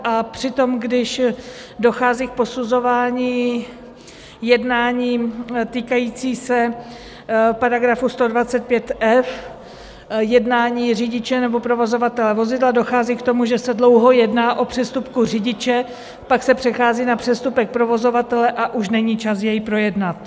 A přitom když dochází k posuzování jednání týkající se § 125f jednání řidiče nebo provozovatele vozidla, dochází k tomu, že se dlouho jedná o přestupku řidiče, pak se přechází na přestupek provozovatele a už není čas jej projednat.